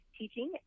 teaching